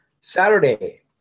Saturday